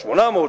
800,